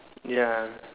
ya